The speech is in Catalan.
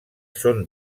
són